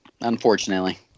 unfortunately